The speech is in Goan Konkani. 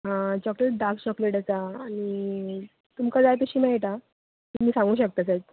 आं चॉकलेट डार्क चॉकलेट आसा आनी तुमकां जाय तशी मेळटा तुमी सांगूंक शकता सर